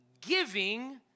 Giving